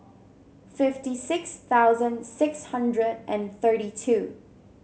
fifty six thousand six hundred and thirty two